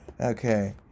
Okay